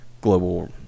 Global